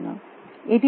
এটির খরচ কী